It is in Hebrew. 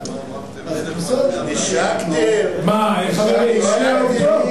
אתם נישקתם לו ביד, אל תגזים, אל תגזים.